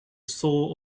soul